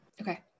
Okay